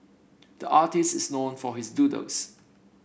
the artist is known for his doodles